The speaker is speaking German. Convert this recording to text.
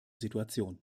situation